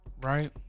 Right